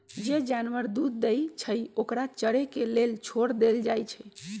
जे जानवर दूध देई छई ओकरा चरे के लेल छोर देल जाई छई